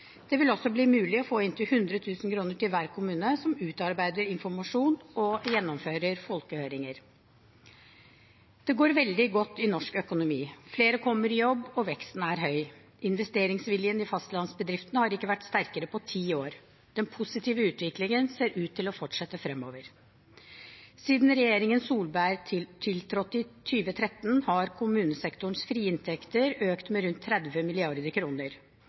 Det vil også bli mulig å få inntil 100 000 kr til hver kommune som utarbeider informasjon og gjennomfører folkehøringer. Det går veldig godt i norsk økonomi. Flere kommer i jobb, og veksten er høy. Investeringsviljen i fastlandsbedriftene har ikke vært sterkere på ti år. Den positive utviklingen ser ut til å fortsette fremover. Siden regjeringen Solberg tiltrådte i 2013 har kommunesektorens frie inntekter økt med rundt 30